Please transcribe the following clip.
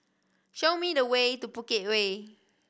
show me the way to Bukit Way